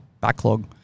backlog